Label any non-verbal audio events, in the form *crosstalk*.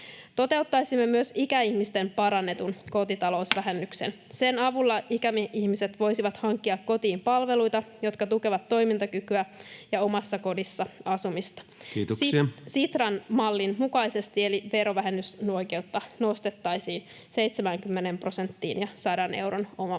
Toteuttaisimme myös ikäihmisten parannetun kotitalousvähennyksen. *noise* Sen avulla ikäihmiset voisivat hankkia kotiin palveluita, jotka tukevat toimintakykyä ja omassa kodissa asumista. [Puhemies: Kiitoksia!] Sitran mallin mukaisesti verovähennysoikeutta nostettaisiin 70 prosenttiin ja 100 euron omavastuu